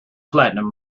platinum